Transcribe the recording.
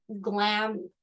glam